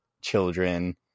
children